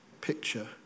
picture